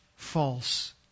False